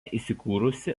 įsikūrusi